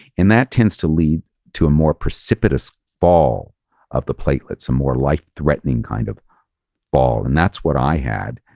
and that tends to lead to a more precipitous fall of the platelet, some more life threatening kind of fall. and that's what i had.